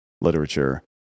literature